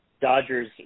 Dodgers